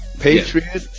Patriot